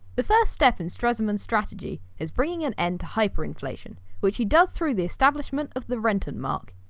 the first step in stresemann's strategy is bringing an end to hyperinflation, which he does through the establishment of the rentenmark.